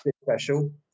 special